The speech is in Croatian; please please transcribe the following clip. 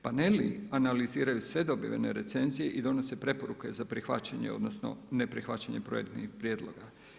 Paneli analiziraju sve dobivene recenzije i donose preporuke za prihvaćanje, odnosno ne prihvaćanje provedbenih prijedloga.